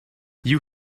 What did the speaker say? you